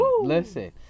listen